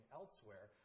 elsewhere